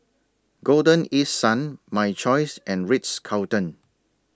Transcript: Golden East Sun My Choice and Ritz Carlton